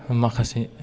माखासे